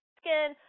skin